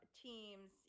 teams